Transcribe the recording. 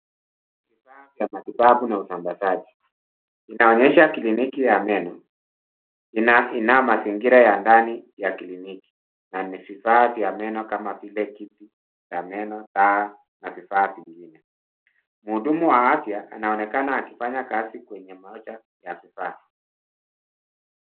Vifaa vya matibabu na usambazaji, inaonyesha kliniki ya meno inayo mazingira ya ndani ya kliniki na vifaa vya meno kama vile kiti ya meno, taa na vifaa vingine. Mhudumu wa afya anaonekana akifanya kazi kwenye moja ya vifaa.